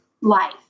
life